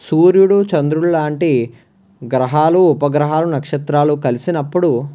సూర్యుడు చంద్రుడు లాంటి గ్రహాలు ఉపగ్రహాలు నక్షత్రాలు కలిసినప్పుడు